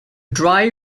dry